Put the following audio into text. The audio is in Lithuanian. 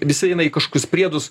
visi eina į kažkokius priedus